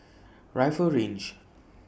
Rifle Range